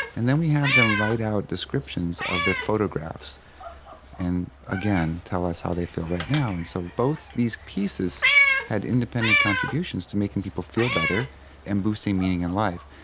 and then we had them write out descriptions of their photographs and, again, tell us how they feel right now. and so both these pieces had independent contributions to making people feel better and boosting meaning in life.